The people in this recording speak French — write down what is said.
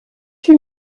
huit